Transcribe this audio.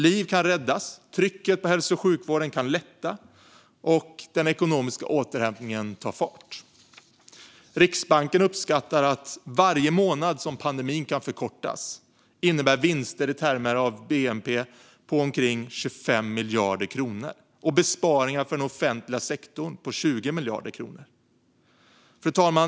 Liv kan räddas, trycket på hälso och sjukvården kan lätta och den ekonomiska återhämtningen kan ta fart. Riksbanken uppskattar att varje månad som pandemin kan förkortas innebär vinster på ungefär 25 miljarder kronor och besparingar för den offentliga sektorn på 20 miljarder kronor i termer av bnp. Fru talman!